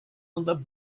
untuk